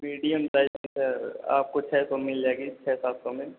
medium size sir आपको छः सौ में मिल जाएगी छः सात सौ में